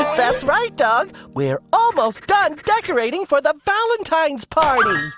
that's right, dog. we're almost done decorating for the valentine's party!